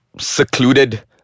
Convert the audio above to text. Secluded